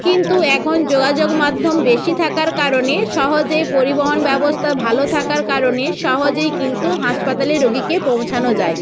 কিন্তু এখন যোগাযোগ মাধ্যম বেশি থাকার কারণে সহজেই পরিবহন ব্যবস্থা ভালো থাকার কারণে সহজেই কিন্তু হাসপাতালে রোগীকে পৌঁছানো যায়